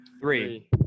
Three